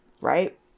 right